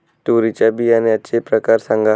तूरीच्या बियाण्याचे प्रकार सांगा